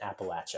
Appalachia